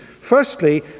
firstly